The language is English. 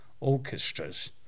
orchestras